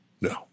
No